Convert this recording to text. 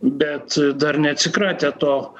bet dar neatsikratė to